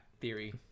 theory